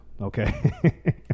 okay